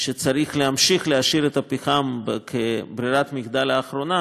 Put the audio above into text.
שצריך להמשיך להשאיר את הפחם כברירת מחדל אחרונה,